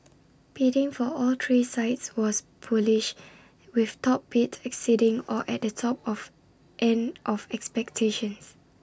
bidding for all three sites was bullish with top bids exceeding or at the top of end of expectations